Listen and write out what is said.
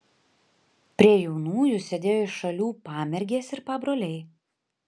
prie jaunųjų sėdėjo iš šalių pamergės ir pabroliai